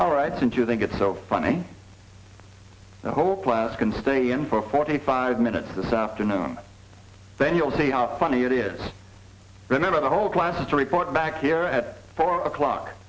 all right since you think it's so funny the whole class can stay in for forty five minutes this afternoon then you'll see how funny it is then on the whole class to report back here at five o'clock